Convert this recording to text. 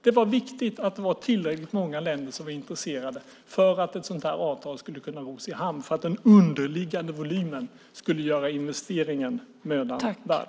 Det var viktigt att tillräckligt många länder var intresserade för att ett sådant här avtal skulle kunna ros i hamn och den underliggande volymen skulle göra investeringen mödan värd.